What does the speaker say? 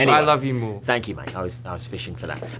and i love you more. thank you, mate, i was i was fishing for that.